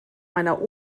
meiner